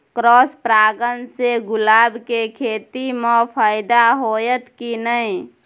Cross परागण से गुलाब के खेती म फायदा होयत की नय?